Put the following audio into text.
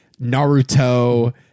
Naruto